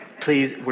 Please